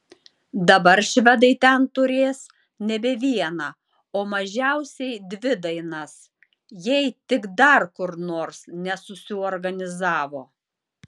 dabar švedai ten turės nebe vieną o mažiausiai dvi dainas jei tik dar kur nors nesusiorganizavo